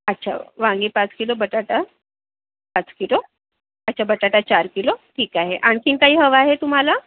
अच्छा वांगे पाच किलो बटाटा पाच किलो अच्छा बटाटा चार ठीक आहे आणखीन काही हवं आहे तुम्हाला